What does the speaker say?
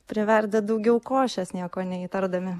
priverda daugiau košės nieko neįtardami